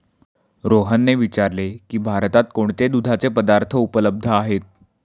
रोहनने विचारले की भारतात कोणते दुधाचे पदार्थ उपलब्ध आहेत?